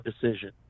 decision